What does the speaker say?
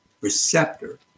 receptor